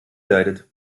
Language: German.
leidet